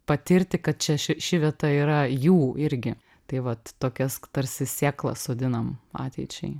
patirti kad čia ši ši vieta yra jų irgi tai vat tokias tarsi sėklą sodinam ateičiai